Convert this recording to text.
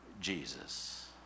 Jesus